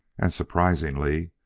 and, surprisingly,